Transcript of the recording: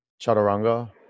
chaturanga